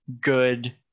good